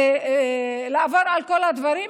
לעבור על כל הדברים,